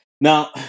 now